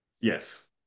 yes